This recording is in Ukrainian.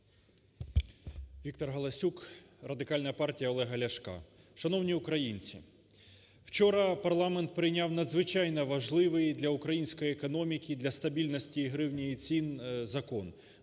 ВікторГаласюк, Радикальна партія Олега Ляшка. Шановні українці, вчора парламент прийняв надзвичайно важливий для української економіки, для стабільності гривні і цін закон.